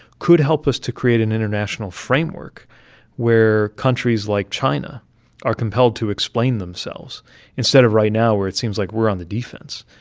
could help us to create an international framework where countries like china are compelled to explain themselves instead of right now where it seems like we're on the defense